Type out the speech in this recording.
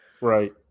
right